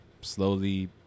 slowly